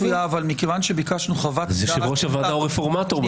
מכיוון שביקשנו חוות דעת -- אז יושב-ראש הוועדה הוא רפורמטור.